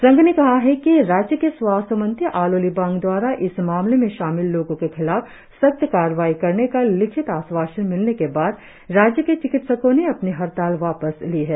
संघ ने कहा है कि राज्य के स्वास्थ्य मंत्री आलो लिबांग दवारा इस मामले में शामिल लोगों के खिलाफ सख्त कार्रवाई करने का लिखित आश्वासन मिलने के बाद राज्य के चिकित्सकों ने अपनी हड़ताल वापस ली है